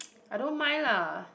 I don't mind lah